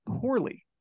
poorly